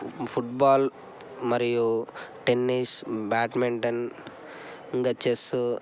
football మరియు tennis badminton ఇంకా chess